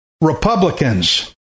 Republicans